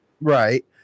Right